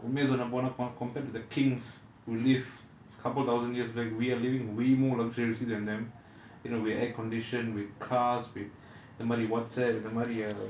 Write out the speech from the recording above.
உண்மைய சொல்ல போனா:unmaya solla ponaa compared with the kings who live couple thousand years back we are living way more luxurious than them in a way air condition with cars with the இந்த மாரி:intha maari works